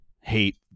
hate